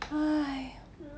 !haiyo!